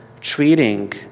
treating